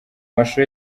mashusho